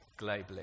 globally